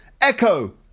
echo